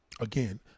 again